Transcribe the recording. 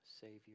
Savior